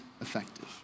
effective